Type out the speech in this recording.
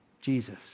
Jesus